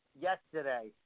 yesterday